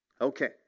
Okay